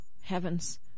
heavens